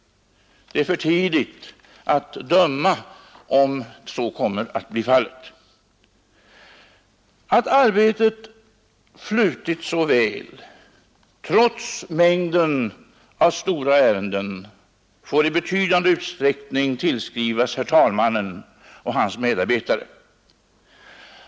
Det är för tidigt att nu döma om så kommer att bli fallet. Att arbetet flutit så väl trots mängden av stora ärenden får i betydande utsträckning tillskrivas herr talmannen och hans medarbetare.